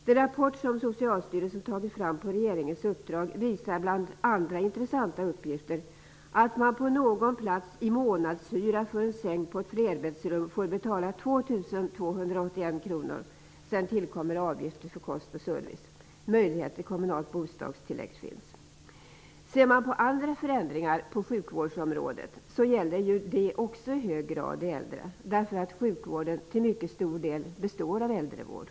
Den rapport Socialstyrelsen tagit fram på regeringens uppdrag visar bland andra intressanta uppgifter att man på någon ort i månadshyra för en säng på ett flerbäddsrum får betala 2 281 kr, sedan tillkommer avgifter för kost och service. Möjlighet till kommunalt bostadstillägg finns. Ser man på andra förändringar på sjukvårdsområdet gäller det också i hög grad de äldre, därför att sjukvården till mycket stor del består av äldrevård.